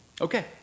Okay